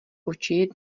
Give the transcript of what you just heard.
oči